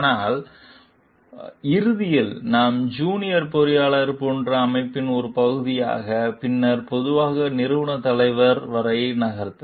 ஆனால் போது இறுதியில் நாம் ஜூனியர் பொறியாளர்கள் போன்ற அமைப்பின் ஒரு பகுதியாக ஆக பின்னர் மெதுவாக நிறுவன தலைவர் வரை நகர்த்த